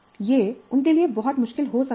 यह उनके लिए बहुत मुश्किल हो सकता है